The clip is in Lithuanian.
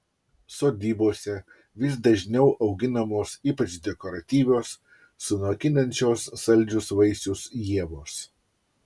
sodybose vis dažniau auginamos ypač dekoratyvios sunokinančios saldžius vaisius ievos